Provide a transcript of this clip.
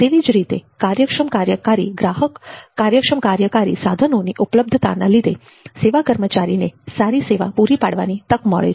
તેવી જ રીતે કાર્યક્ષમ કાર્યકારી સાધનોની ઉપલબ્ધતાના લીધે સેવા કર્મચારીને સારી સેવા પૂરી પાડવાની તક મળે છે